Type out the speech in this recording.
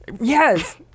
Yes